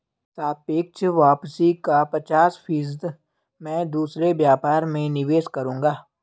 सापेक्ष वापसी का पचास फीसद मैं दूसरे व्यापार में निवेश करूंगा